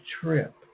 trip